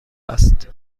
است